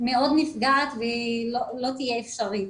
מאוד נפגעת ולא תהיה אפשרית.